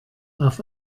auf